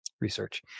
research